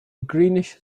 greenish